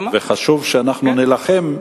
ככל שהפלסטינים יקבלו את עצמאותם,